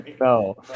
No